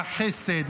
מהחסד,